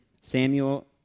Samuel